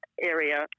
area